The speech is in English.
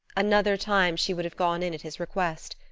another time she would have gone in at his request.